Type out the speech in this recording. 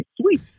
sweet